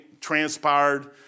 transpired